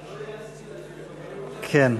כן.